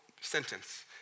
sentence